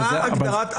אבל זה לא הדיון.